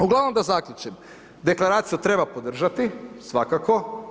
Uglavnom, da zaključim, Deklaraciju treba podržati, svakako.